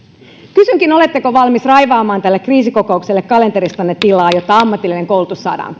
kysynkin oletteko valmis raivaamaan tälle kriisikokoukselle kalenteristanne tilaa jotta ammatillinen koulutus saadaan